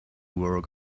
work